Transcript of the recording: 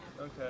Okay